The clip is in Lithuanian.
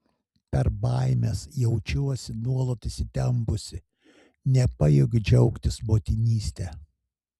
per baimes jaučiuosi nuolat įsitempusi nepajėgiu džiaugtis motinyste